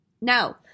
No